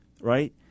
right